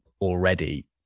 already